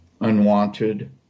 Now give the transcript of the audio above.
unwanted